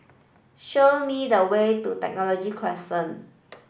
show me the way to Technology Crescent